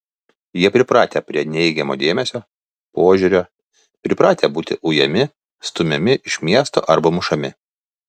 jie pripratę prie neigiamo dėmesio požiūrio pripratę būti ujami stumiami iš miesto arba mušami